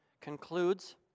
concludes